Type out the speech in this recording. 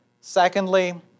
Secondly